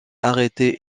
arrêtée